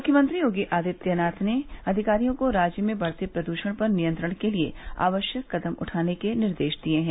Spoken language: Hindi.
मुख्यमंत्री योगी आदित्यनाथ ने अधिकारियों को राज्य में बढ़ते प्रदूषण पर नियंत्रण के लिए आवश्यक कदम उठाने के निर्देश दिए हैं